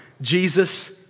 Jesus